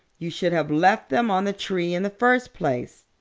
you should have left them on the tree in the first place.